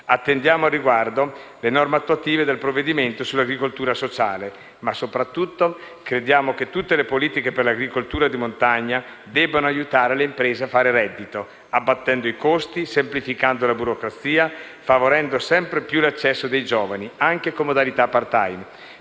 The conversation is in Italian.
Attendiamo, al riguardo, le norme attuative del provvedimento sull'agricoltura sociale. Ma soprattutto crediamo che tutte le politiche per l'agricoltura di montagna debbano aiutare le imprese a fare reddito, abbattendo i costi, semplificando la burocrazia, favorendo sempre più l'accesso dei giovani, anche con modalità *part-time*,